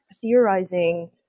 theorizing